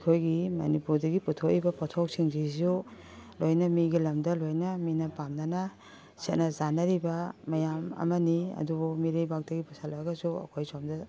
ꯑꯩꯈꯣꯏꯒꯤ ꯃꯅꯤꯄꯨꯔꯗꯒꯤ ꯄꯨꯊꯣꯛꯏꯕ ꯄꯣꯊꯣꯛꯁꯤꯡꯁꯤꯁꯨ ꯂꯣꯏꯅ ꯃꯤꯒꯤ ꯂꯝꯗ ꯂꯣꯏꯅ ꯃꯤꯅ ꯄꯥꯝꯅꯅ ꯁꯦꯠꯅ ꯆꯥꯅꯔꯤꯕ ꯃꯌꯥꯝ ꯑꯃꯅꯤ ꯑꯗꯨꯕꯨ ꯃꯤꯔꯩꯕꯥꯛꯇꯒꯤ ꯄꯨꯁꯜꯂꯛꯑꯒꯁꯨ ꯑꯩꯈꯣꯏ ꯁꯣꯝꯗ